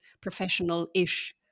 professional-ish